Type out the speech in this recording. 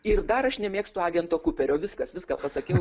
ir dar aš nemėgstu agento kuperio viskas viską pasakiau